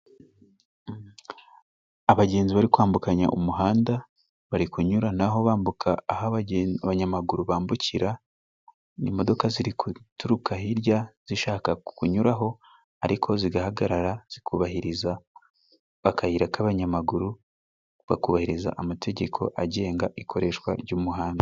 Abagenzi bari kwambukanya umuhanda, bari kunyuranaho bambuka aho abanyamaguru bambukira, imodoka ziri guturuka hirya zishaka kunyuraho ariko zigahagarara zikubahiriza ka kayira k'abanyamaguru, bakubahiriza amategeko agenga ikoreshwa ry'umuhanda.